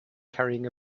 carrying